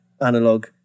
analog